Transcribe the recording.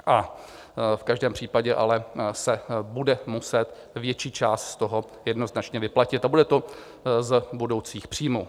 V každém případě ale se bude muset větší část z toho jednoznačně vyplatit a bude to z budoucích příjmů.